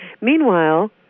Meanwhile